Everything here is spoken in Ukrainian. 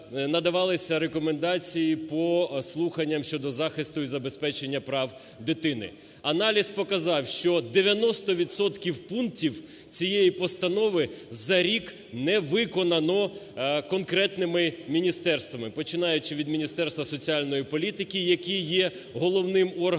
надавалися рекомендації по слуханням щодо захисту і забезпечення прав дитини. Аналіз показав, що 90 відсотків пунктів цієї постанови за рік не виконано конкретними міністерствами, починаючи від Міністерства соціальної політики, який є головним органом